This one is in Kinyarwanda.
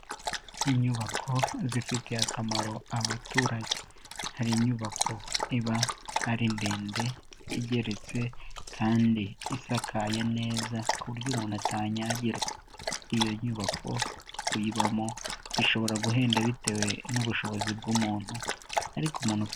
Inyubako zifitiye akamaro abaturage, hari inyubako iba ari ndende igeretse kandi isakaye neza ku buryo umuntu atanyagirwa, iyo nyubako kuyibamo bishobora guhenda bitewe n'ubushobozi bw'umuntu ariko umuntu.